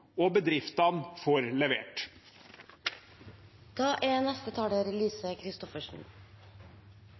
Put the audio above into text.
og bedriftene får levert. Handelsnæringen er